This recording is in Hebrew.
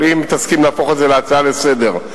אבל אם תסכים להפוך את זה להצעה לסדר-היום